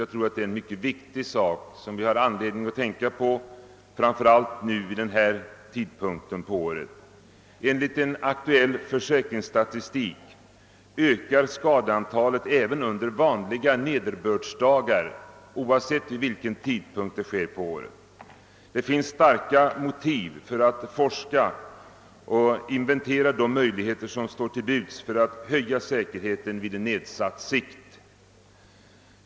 Jag tror att det är en mycket viktig sak som vi har anledning tänka på framför allt vid denna tid på året. Enligt en aktuell försäkringsstatistik ökar antalet skador även under vanliga nederbördsdagar, oavsett vilken tid av året det gäller. Det finns starka motiv för att bedriva forskning och inventera de möjligheter som står till buds för att höja säkerheten vid nedsatt sikt.